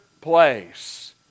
place